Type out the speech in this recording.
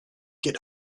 get